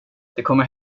kommer